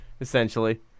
essentially